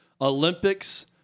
Olympics